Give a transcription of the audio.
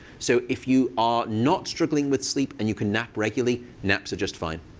so if you are not struggling with sleep and you can nap regularly, naps are just fine.